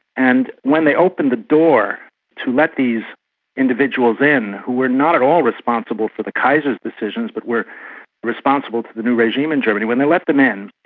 and when they opened the door to let these individuals in, who were not at all responsible for the kaiser's decisions, but were responsible for the new regime in germany when they let them in,